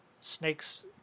snakes